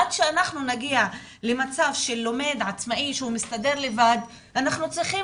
עד שאנחנו נגיע למצב של לומד עצמאי שמסתדר לבד אנחנו צריכים